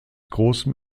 großem